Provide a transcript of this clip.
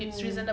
mm